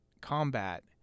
combat